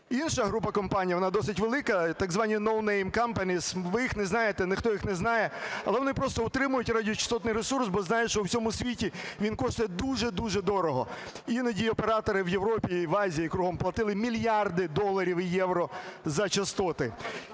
Інша група компанії вона досить велика, так звані, "no name companies". Ви їх не знаєте. Ніхто їх не знає. Але вони просто утримують радіочастотний ресурс. Бо знають, що у всьому світі він коштує дуже-дуже дорого. Іноді оператори і в Європі і в Азії, і кругом – платили мільярди доларів і євро за частоти.